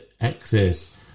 access